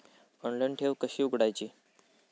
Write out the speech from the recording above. Online ठेव कशी उघडायची?